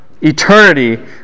eternity